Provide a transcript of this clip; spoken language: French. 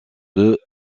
deux